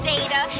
Data